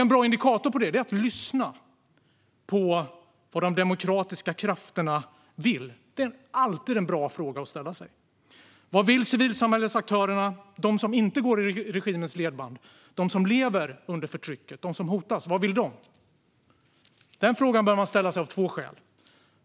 En bra indikator på det tycker jag är att lyssna på vad de demokratiska krafterna vill. Det är alltid en bra fråga att ställa sig: Vad vill civilsamhällesaktörerna? De som inte går i regimens ledband, de som lever under förtrycket, de som hotas, vad vill de? Den frågan bör man ställa sig av två skäl.